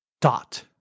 Dot